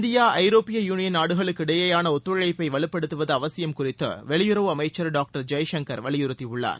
India ஐரோப்பிய union நாடுகளுக்கிடையேயான ஒத்துழைப்பு வலுப்படுத்துவது அவசியம் குறித்து வெளியுறவு அமைச்சர் டாக்டர் ஜெய்சங்கர் வலியுறுத்தியுள்ளார்